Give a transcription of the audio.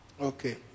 Okay